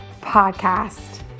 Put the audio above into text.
podcast